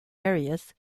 areas